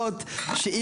הוראות פתיחה